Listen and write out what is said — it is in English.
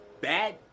bad